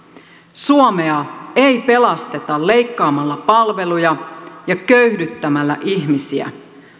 suomea ei pelasteta leikkaamalla palveluja ja köyhdyttämällä ihmisiä